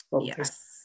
Yes